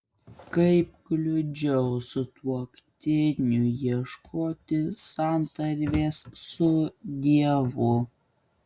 kaip kliudžiau sutuoktiniui ieškoti santarvės su dievu